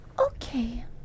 Okay